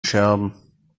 scherben